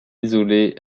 isolée